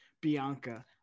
Bianca